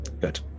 Good